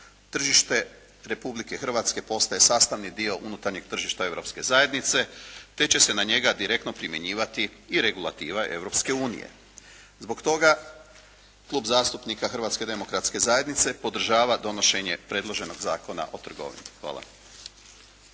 tržište Republike Hrvatske postaje sastavni dio unutarnjeg tržišta Europske zajednice te će se na njega direktno primjenjivati i regulativa Europske unije. Zbog toga Klub zastupnika Hrvatske demokratske zajednice podržava donošenje predloženog Zakona o trgovini. Hvala.